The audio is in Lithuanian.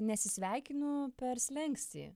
nesisveikinu per slenkstį